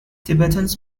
tibetans